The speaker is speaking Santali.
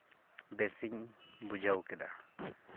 ᱵᱮᱥᱤᱧ ᱵᱩᱡᱷᱟᱹᱣ ᱠᱮᱫᱟ